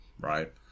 right